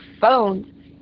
phone